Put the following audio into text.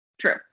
True